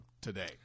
today